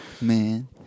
man